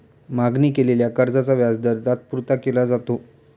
मागणी केलेल्या कर्जाचा व्याजदर तात्पुरता केला जातो